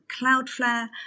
Cloudflare